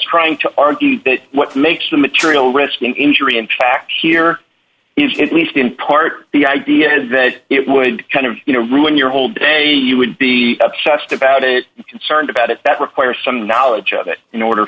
trying to argue that what makes the material risking injury impact here is it least in part the idea is that it would kind of you know ruin your whole day you would be obsessed about it concerned about it that require some knowledge of it in order